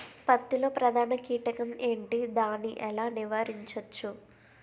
పత్తి లో ప్రధాన కీటకం ఎంటి? దాని ఎలా నీవారించచ్చు?